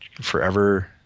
forever